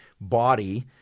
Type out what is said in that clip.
body